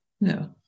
No